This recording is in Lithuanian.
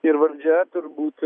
ir valdžia turbūt